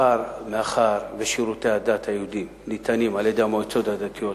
מאחר ששירותי הדת היהודיים ניתנים על-ידי המועצות הדתיות,